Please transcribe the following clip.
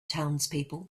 townspeople